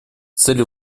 цели